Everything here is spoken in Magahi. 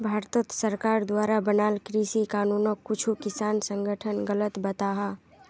भारत सरकार द्वारा बनाल कृषि कानूनोक कुछु किसान संघठन गलत बताहा